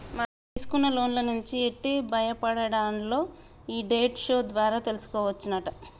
మనం తీసుకున్న లోన్ల నుంచి ఎట్టి బయటపడాల్నో ఈ డెట్ షో ద్వారా తెలుసుకోవచ్చునట